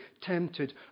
tempted